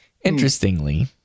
Interestingly